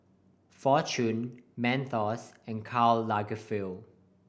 Fortune Mentos and Karl Lagerfeld